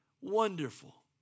Wonderful